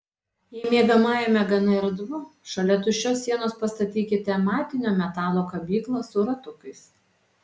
jei miegamajame gana erdvu šalia tuščios sienos pastatykite matinio metalo kabyklą su ratukais